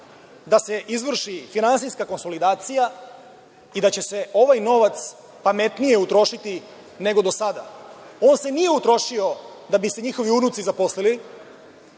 da se izvrši finansijska konsolidacija i da će se ovaj novac pametnije utrošiti nego do sada. On se nije utroši da bi se njihovi unuci zaposlili.